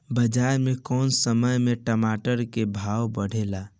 बाजार मे कौना समय मे टमाटर के भाव बढ़ेले?